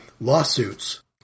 lawsuits